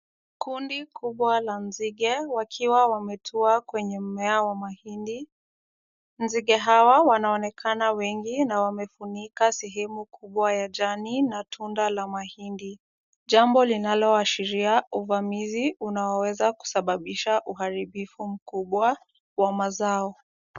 Kundi kubwa la nzige wakiwa wametua kwenye mmea wa mahindi. Nzige hawa wanaonekana wengi na wamefunika sehemu kubwa ya jani na tunda la mahindi, jambo linaloashiria uvamizi unaoweza kusababisha uharibifu mkubwa wa mazao.